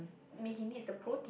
I mean he needs the protein